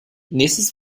nächstes